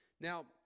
Now